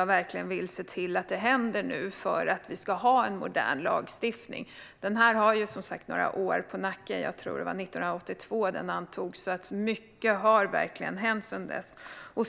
verkligen se till att detta händer för att vi ska ha en modern lagstiftning. Denna har som sagt några år på nacken - jag tror att den antogs 1982 - och mycket har hänt sedan dess.